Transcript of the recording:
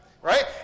Right